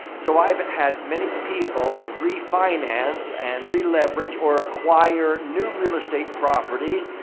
so, i've had many people refinance and re-leverage or acquire new real estate properties,